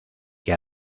que